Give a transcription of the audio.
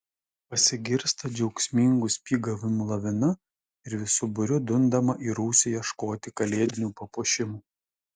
pasigirsta džiaugsmingų spygavimų lavina ir visu būriu dundama į rūsį ieškoti kalėdinių papuošimų